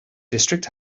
district